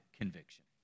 conviction